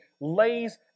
lays